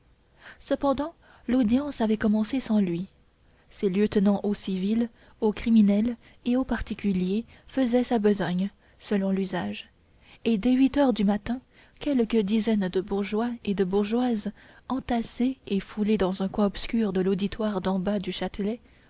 cependant l'audience avait commencé sans lui ses lieutenants au civil au criminel et au particulier faisaient sa besogne selon l'usage et dès huit heures du matin quelques dizaines de bourgeois et de bourgeoises entassés et foulés dans un coin obscur de l'auditoire d'embas du châtelet